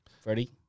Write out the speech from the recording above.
Freddie